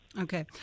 Okay